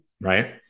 right